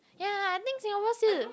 ya I think Singapore still the